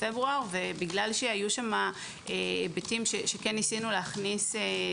בגלל שהיו שם היבטים שניסינו להכניס,